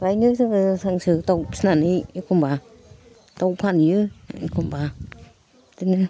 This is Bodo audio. फ्रायनो जोङो हांसो दाउ फिसिनानै एखम्बा दाउ फानहैयो एखम्बा बिदिनो